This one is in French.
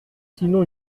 sinon